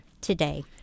Today